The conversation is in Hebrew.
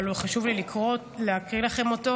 אבל חשוב לי להקריא לכם אותו,